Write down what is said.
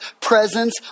presence